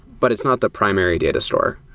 but it's not the primary data store.